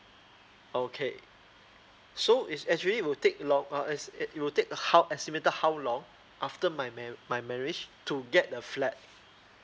okay so is actually will take long uh as it it will take a how estimated how long after my man my marriage to get a flat